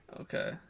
okay